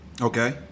Okay